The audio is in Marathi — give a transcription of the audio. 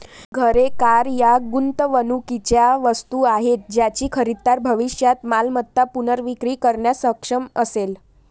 घरे, कार या गुंतवणुकीच्या वस्तू आहेत ज्याची खरेदीदार भविष्यात मालमत्ता पुनर्विक्री करण्यास सक्षम असेल